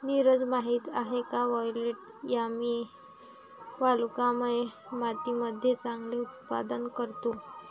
नीरज माहित आहे का वायलेट यामी वालुकामय मातीमध्ये चांगले उत्पादन करतो?